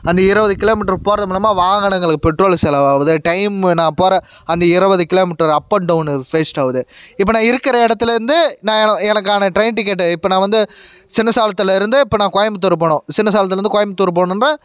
அந்த இருபது கிலோமீட்டரு போவது மூலமாக வாகனங்களுக்கு பெட்ரோல் செலவு ஆகுது டைமும் நான் போகிற அந்த இருபது kilometre up and down waste ஆகுது இப்போ நான் இருக்கிற இடத்துலேருந்து நான் எனக்கான ட்ரெயின் டிக்கெட்டை இப்போ நான் வந்து சின்ன சேலத்திலேருந்து இப்போ நான் கோயம்புத்தூர் போகணும் சின்ன சேலத்திலேருந்து கோயம்புத்தூர் போகணுண்டா